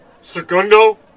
Segundo